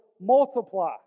Multiply